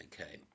Okay